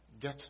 get